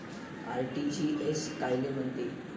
RTGS कायले म्हनते?